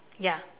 ya